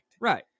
Right